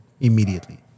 immediately